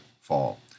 fall